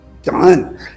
Done